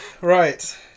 right